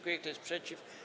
Kto jest przeciw?